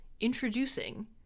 Introducing